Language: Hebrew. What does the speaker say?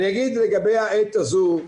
אני אגיד לגבי העת הזו.